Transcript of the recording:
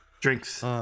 Drinks